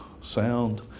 sound